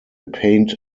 paint